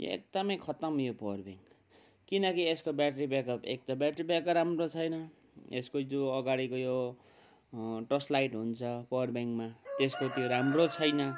यो एकदमै यो खत्तम यो पावर ब्याङ्क किनकि यसको ब्याट्री ब्याकअप एकदम ब्याट्री ब्याकअपै राम्रो छैन यसको जो अगाडिको यो टर्च लाइट हुन्छ पावर ब्याङ्कमा त्यसको त्यो राम्रो छैन